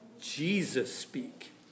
Jesus-speak